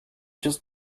just